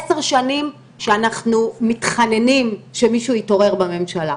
עשר שנים שאנחנו מתחננים שמישהו יתעורר בממשלה.